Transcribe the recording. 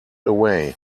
away